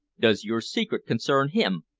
does your secret concern him?